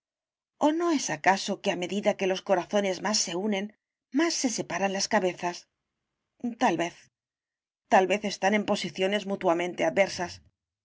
o no es acaso que a medida que los corazones más se unen más se separan las cabezas tal vez tal vez están en posiciones mutuamente adversas